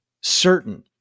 certain